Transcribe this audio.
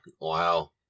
Wow